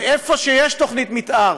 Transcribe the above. ואיפה שיש תוכנית מתאר,